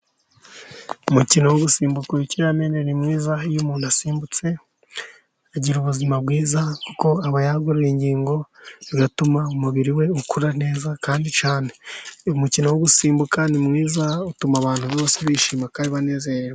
Umukino wo gusimbuka urukiramende ni mwiza, iyo umuntu asimbutse agira ubuzima bwiza kuko aba yagoroye ingingo zigatuma umubiri we ukura neza kandi cyane. Uyu mukino wo gusimbuka ni mwiza utuma abantu bose bishima kandi banezererwa.